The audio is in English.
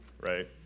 right